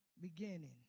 beginning